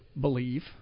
believe